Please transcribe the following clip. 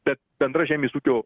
bet bendra žemės ūkio